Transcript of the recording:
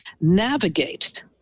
Navigate